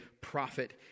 prophet